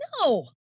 No